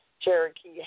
Cherokee